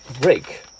break